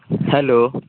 hello